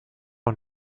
und